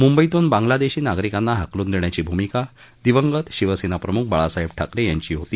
मुंबईतून बांगलादेशी नागरिकांना हाकलून देण्याची भूमिका दिवंगत शिवसेना प्रमुख बाळासाहेब ठाकरे यांची होती